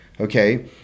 okay